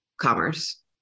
commerce